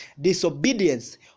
disobedience